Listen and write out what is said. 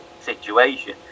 situation